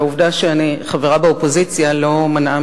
והעובדה שאני חברה באופוזיציה לא מנעה